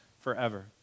forever